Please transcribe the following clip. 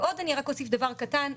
אוסיף רק עוד דבר קטן,